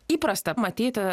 įprasta matyti